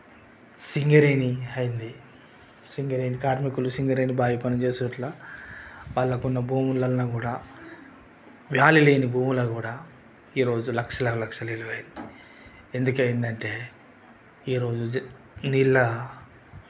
అయ్యింది సింగరైన్ కార్మికులు సింగరైన్ బావి పనులు చేస్తూ ఇట్లా వాళ్ళకున్న భూములల్లో కూడా భూమిలో కూడా ఈ రోజు లక్షల లక్షల విలువ ఎందుకైందంటే ఈ రోజు నీళ్ళ